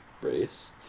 race